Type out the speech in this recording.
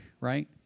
right